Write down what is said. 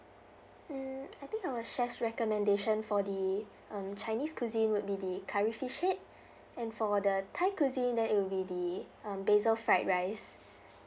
mm I think our chef's recommendation for the um chinese cuisine would be the curry fish head and for the thai cuisine then it would be the um basil fried rice